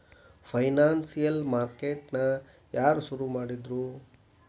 Financial market ನ ಯಾರ್ ಶುರುಮಾಡಿದ್ರು?